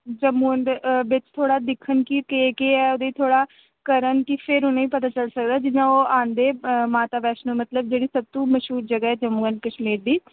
जम्मू न बिच्च थोह्ड़ा दिक्खन कि थोह्ड़ा केह् केह् ऐ एह्दे थोह्ड़ा करन कि फेर उ'नें'ई पता चली सकदा जियां ओह् आंदे माता वैष्णो मतलब जेह्ड़ी सबतो मश्हूर जगह ऐ जम्मू एंड कश्मीर दी